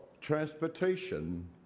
transportation